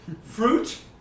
fruit